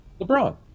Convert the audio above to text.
LeBron